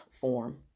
form